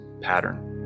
pattern